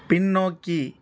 பின்னோக்கி